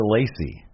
Lacey